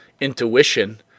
intuition